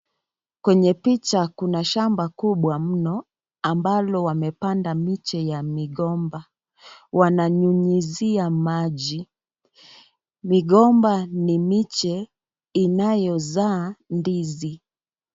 Kwenye picha kuna shamba kubwa mno ambalo wamepanda miche ya migomba, wananyunyizia maji. Migomba ni miche inayozaa ndizi.